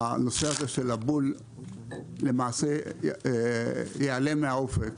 הנושא הזה של הבול למעשה ייעלם מהאופק.